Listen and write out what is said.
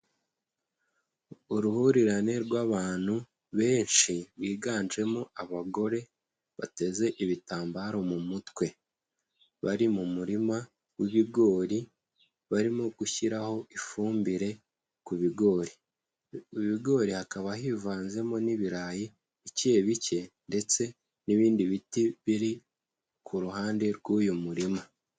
Uruhurirane rw'abantu benshi, biganjemo abagore bateze ibitambaro mu mutwe. Bari mu murima w'ibigori, barimo gushyiraho ifumbire ku bigori. Ibi bigori hakaba hivanzemo n'ibirayi bike bike, ndetse n'ibindi biti biri ku ruhande, rw'uyu murima.